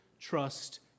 trust